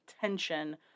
tension